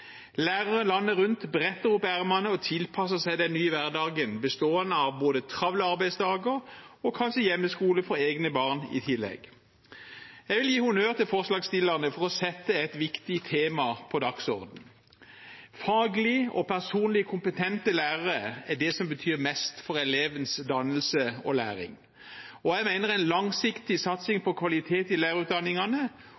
Lærere landet rundt bretter opp ermene og tilpasser seg den nye hverdagen bestående av både travle arbeidsdager og kanskje hjemmeskole for egne barn i tillegg. Jeg vil gi honnør til forslagsstillerne for å sette et viktig tema på dagsordenen. Faglig og personlig kompetente lærere er det som betyr mest for elevenes dannelse og læring. Jeg mener en langsiktig satsing